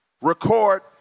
record